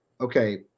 okay